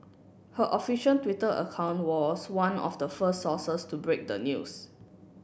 her official Twitter account was one of the first sources to break the news